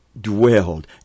dwelled